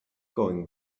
going